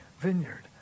vineyard